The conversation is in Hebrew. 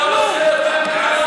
אתה עושה יותר מדי,